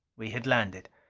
we had landed.